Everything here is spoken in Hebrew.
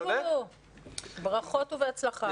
ברכות ובהצלחה.